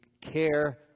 care